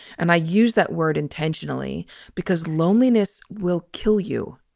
and i use that word intentionally because loneliness will kill you.